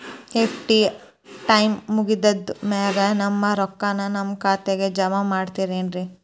FD time ಮುಗಿದಾದ್ ಮ್ಯಾಲೆ ನಮ್ ರೊಕ್ಕಾನ ನಮ್ ಖಾತೆಗೆ ಜಮಾ ಮಾಡ್ತೇರೆನ್ರಿ?